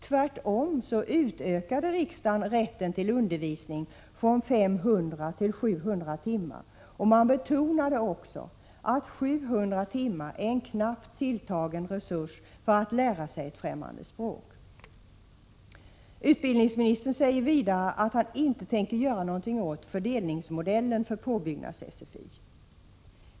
Tvärtom utökade riksdagen rätten till undervisning från 500 till 700 timmar och betonade också att 700 timmar är en knappt tilltagen resurs för inlärning av ett fftämmande språk. Utbildningsministern säger vidare att han inte tänker göra något åt fördelningsmodellen för påbyggnads-SFI.